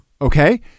Okay